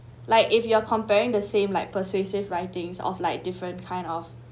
like if you are comparing the same like persuasive writings of like different kind of